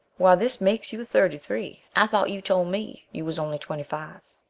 why, this makes you thirty-three, i thought you told me you was only twenty five?